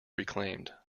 reclaimed